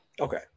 Okay